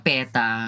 Peta